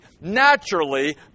naturally